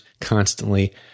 constantly